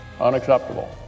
unacceptable